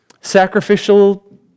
sacrificial